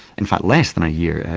in fact less than a year,